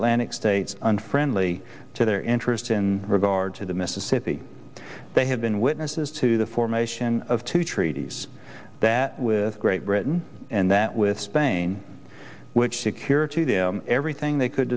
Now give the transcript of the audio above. atlantic states unfriendly to their interests in regard to the mississippi they have been witnesses to the formation of two treaties that with great britain and that with spain which secure to do everything they could